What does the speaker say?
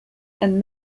and